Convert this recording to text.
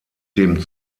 dem